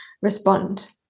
respond